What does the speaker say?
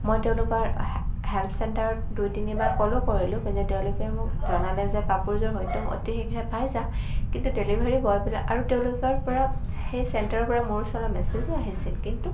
মই তেওঁলোকৰ হেল্প চেণ্টাৰত দুই তিনিবাৰ কলো কৰিলো কিন্তু তেওঁলোকে মোক জনালে যে কাপোৰযোৰ হয়তো অতি শীঘ্ৰে পাই যাম কিন্তু ডেলিভাৰী বয়বিলাক আৰু তেওঁলোকৰপৰা সেই চেণ্টাৰৰপৰা মোৰ ওচৰলৈ মেচেজো আহিছিল কিন্তু